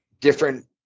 different